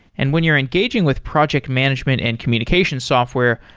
and when you're engaging with project management and communication software,